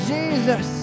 Jesus